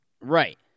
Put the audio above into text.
Right